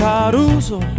Caruso